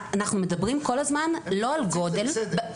אנחנו מדברים כל הזמן לא על גודל.